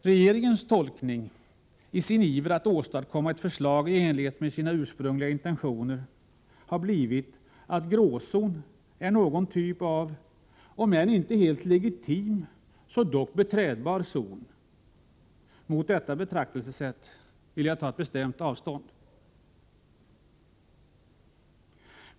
Regeringens tolkning — i regeringens iver att åstadkomma ett förslag i enlighet med sina ursprungliga intentioner — har blivit att gråzon är någon typ av om än inte helt legitim så dock beträdbar zon. Från detta betraktelsesätt vill jag bestämt ta avstånd.